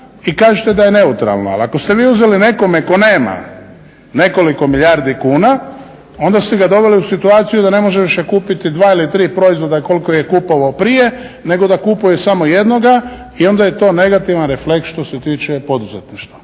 i kažete da je neutralna. Ali ako ste vi uzeli nekome tko nema nekoliko milijardi kuna onda ste ga doveli u situaciju da ne može više kupiti dva ili tri proizvoda koliko je kupovao prije nego da kupuje samo jednoga i onda je to negativan reflekt što se tiče poduzetništva.